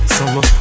Summer